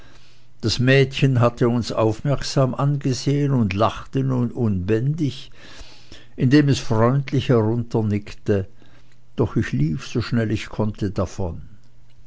das mädchen hatte uns aufmerksam angesehen und lachte nun ganz unbändig indem es freundlich herunternickte doch ich lief so schnell ich konnte davon